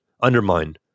undermine